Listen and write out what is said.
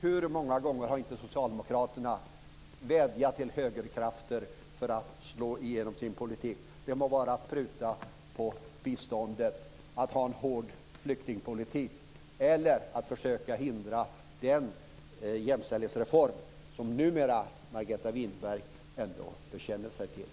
Hur många gånger har inte Socialdemokraterna vädjat till högerkrafter för att få igenom sin politik? Det må handla om att pruta på biståndet, att föra en hård flyktingpolitik eller att försöka hindra den jämställdhetsreform som numera Margareta Winberg ändå bekänner sig till.